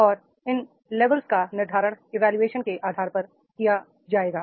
और इन लेवल का निर्धारण इवोल्यूशन के आधार पर किया जाएगा